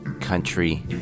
country